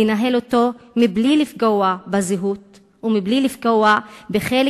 לנהל אותו בלי לפגוע בזהות ובלי לפגוע בחלק